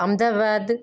Ahmedabad